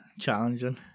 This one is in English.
challenging